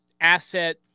asset